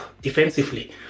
defensively